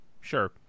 sure